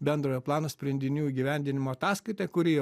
bendrojo plano sprendinių įgyvendinimo ataskaita kuri